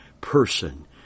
person